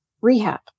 rehab